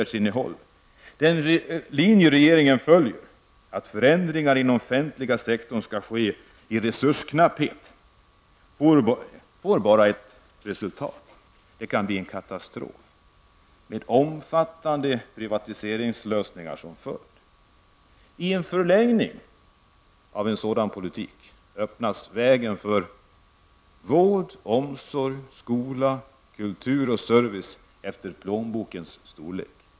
Den linje regeringen följer -- att förändringar inom den offentliga sektorn skall ske i resursknapphet -- får bara ett resultat, en katastrof med omfattande privatiseringslösningar som följd. I förlängningen av en sådan politik öppnas vägen för vård, omsorg, skola, kultur och service -- och här blir plånboken avgörande.